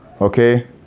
okay